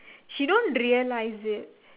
she don't realise it